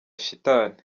shitani